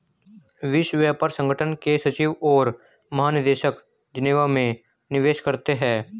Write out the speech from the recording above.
विश्व व्यापार संगठन के सचिव और महानिदेशक जेनेवा में निवास करते हैं